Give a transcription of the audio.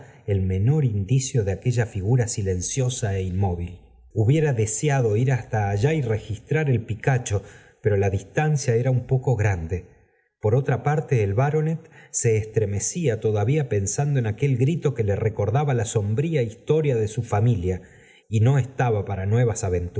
el menor indicio de aquella figura silenciosa é inmóvil hubiera deseado ir hasta allá y registrar el picacho pero la distancia era un poco grande por otra parte el baronet se estremecía todavía penm en aqiiel grito que le recordaba la sombría historia de su familia y no estaba para